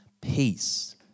peace